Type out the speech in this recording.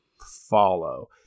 follow